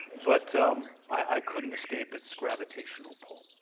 but um i couldn't escape it's gravitational pull.